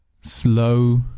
Slow